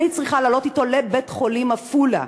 אני צריכה לעלות אתו לבית-החולים בעפולה,